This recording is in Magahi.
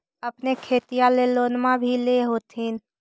अपने खेतिया ले लोनमा भी ले होत्थिन?